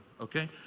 okay